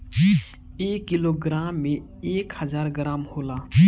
एक किलोग्राम में एक हजार ग्राम होला